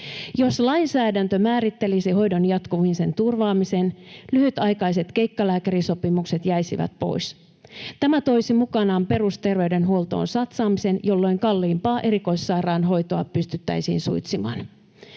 Jos lainsäädäntö määrittelisi hoidon jatkumisen turvaamisen, lyhytaikaiset keikkalääkärisopimukset jäisivät pois. Tämä toisi mukanaan perusterveydenhuoltoon satsaamisen, jolloin kalliimpaa erikoissairaanhoitoa pystyttäisiin suitsimaan.